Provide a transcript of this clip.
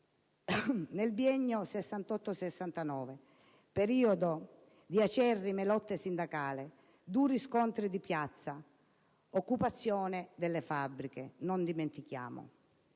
nel biennio 1968-69: periodo di acerrime lotte sindacali, duri scontri di piazza, occupazioni delle fabbriche. Non dimentichiamolo.